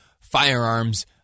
firearms